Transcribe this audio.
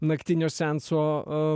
naktinio seanso